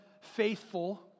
faithful